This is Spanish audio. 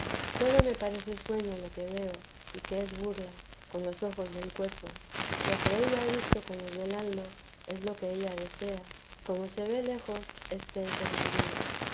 todo me parece sueño y que es burla lo que veo con los ojos del cuerpo lo que ya he visto con los del alma es lo que ella desea y como se ve lejos este es el morir